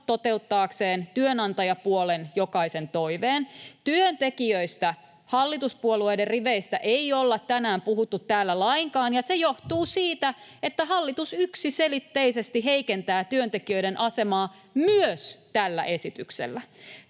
toteuttaakseen työnantajapuolen jokaisen toiveen. Työntekijöistä ei hallituspuolueiden riveistä olla tänään puhuttu täällä lainkaan, ja se johtuu siitä, että hallitus yksiselitteisesti heikentää työntekijöiden asemaa myös tällä esityksellä.